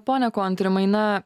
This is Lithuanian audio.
pone kontrimai na